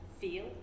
feel